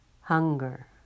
Hunger